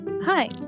Hi